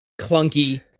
clunky